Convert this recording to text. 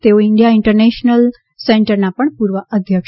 તેઓ India international સેન્ટરના પણ પૂર્વ અધ્યક્ષ હતા